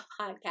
podcast